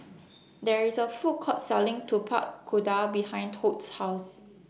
There IS A Food Court Selling Tapak Kuda behind Todd's House